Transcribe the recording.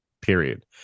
period